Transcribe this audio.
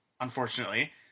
unfortunately